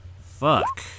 Fuck